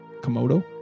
Komodo